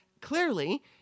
clearly